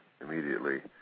immediately